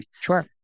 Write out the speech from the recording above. Sure